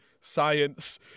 science